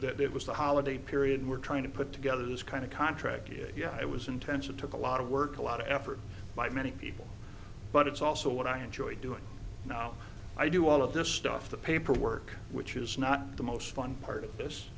it was the holiday period we're trying to put together this kind of contract yeah it was intense it took a lot of work a lot of effort by many people but it's also what i enjoy doing now i do all of this stuff the paperwork which is not the most fun part of this